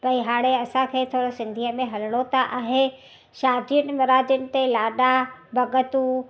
भाई हाणे असांखे थोरो सिंधीअ में हलिणो त आहे शादी मुरादियुनि ते लाडा भगतू